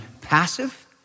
passive